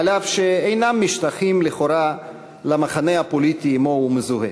אף שאינם משתייכים לכאורה למחנה הפוליטי שעמו הוא מזוהה.